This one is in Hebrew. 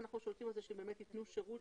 שבאמת ייתנו שירות